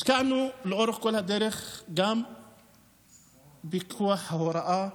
השקענו לאורך כל הדרך גם בפיקוח ההוראה,